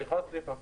סליחה, סליחה.